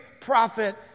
prophet